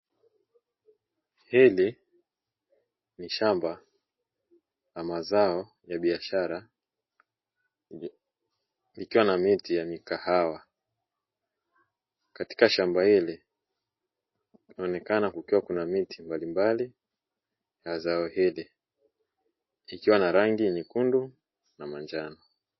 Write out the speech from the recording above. Hili ni shamba la mazao ya biashara likiwa na miti ya mikahawa, katika shamba hili kunaoneka kukiwa kuna miti mbalimbali ya zao hili, likiwa na rangi nyekundu na manjano.